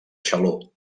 xaló